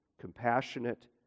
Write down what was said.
compassionate